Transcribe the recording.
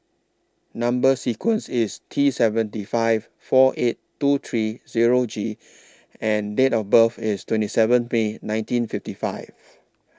Number sequence IS T seventy five four eight two three Zero G and Date of birth IS twenty seven May nineteen fifty five